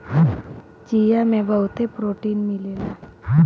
चिया में बहुते प्रोटीन मिलेला